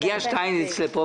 הגיע שטייניץ לפה,